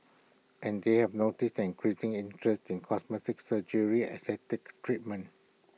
and they have noticed an increasing interest in cosmetic surgery aesthetic treatments